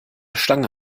stange